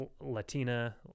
Latina